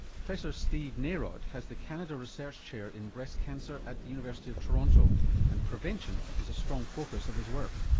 professor steve narod has the canada research chair in breast cancer at the university of toronto and prevention is a strong focus of his work.